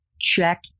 Check